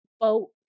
boat